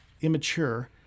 immature